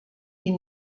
die